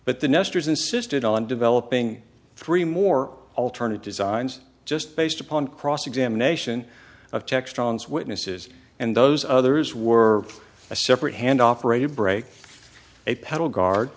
but the nestors insisted on developing three more alterna designs just based upon cross examination of tech strongs witnesses and those others were a separate hand operated brake a pedal guard